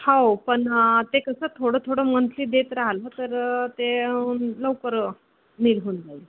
हो पण ते कसं थोडं थोडं मंथली देत राहिलं तर ते लवकर निल होऊन जाईल